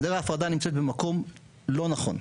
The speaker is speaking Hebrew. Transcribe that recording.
גדר ההפרדה נמצאת במקום לא נכון,